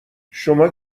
شما